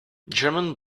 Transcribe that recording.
german